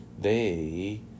They